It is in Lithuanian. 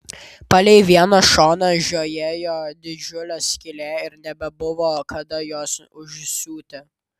palei vieną šoną žiojėjo didžiulė skylė ir nebebuvo kada jos užsiūti